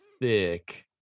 thick